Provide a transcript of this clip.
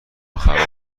خراب